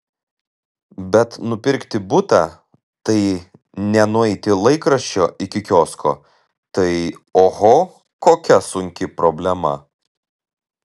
bet nupirkti butą tai ne nueiti laikraščio iki kiosko tai oho kokia sunki problema